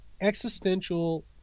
existential